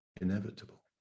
Inevitable